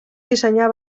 dissenyar